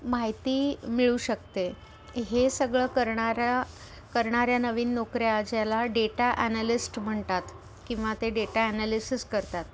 माहिती मिळू शकते हे सगळं करणाऱ्या करणाऱ्या नवीन नोकऱ्या ज्याला डेटा ॲनालिस्ट म्हणतात किंवा ते डेटा ॲनालिसिस करतात